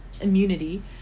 immunity